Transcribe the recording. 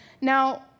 Now